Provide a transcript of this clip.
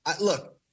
look